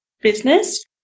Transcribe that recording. business